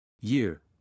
Year